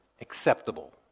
acceptable